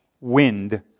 wind